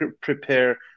prepare